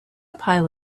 pile